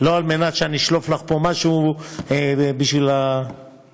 על מנת שלא אשלוף לך פה משהו בשביל העניין.